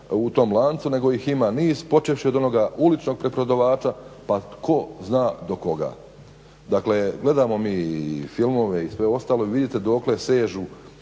u tom lancu nego ih ima niz, počevši od onoga uličnog preprodavača pa tko zna do koga. Dakle, gledamo mi i filmove i sve ostalo i vidite dokle sežu